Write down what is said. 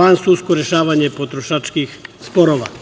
vansudsko rešavanje potrošačkih sporova.